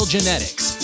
Genetics